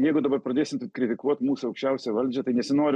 jeigu dabar pradėsim kritikuot mūsų aukščiausią valdžią tai nesinori